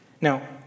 Now